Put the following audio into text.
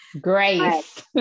grace